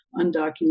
undocumented